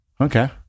Okay